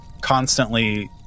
constantly